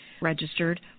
registered